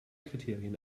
kriterien